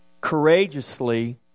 courageously